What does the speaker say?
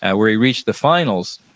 and where he reached the finals,